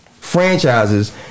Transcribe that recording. franchises